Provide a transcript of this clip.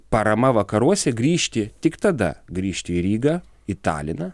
parama vakaruose grįžti tik tada grįžti į rygą į taliną